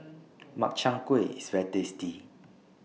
Makchang Gui IS very tasty